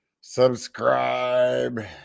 Subscribe